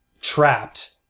trapped